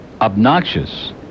obnoxious